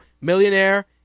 millionaire